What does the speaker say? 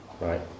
Right